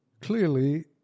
Clearly